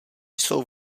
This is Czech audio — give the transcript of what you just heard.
jsou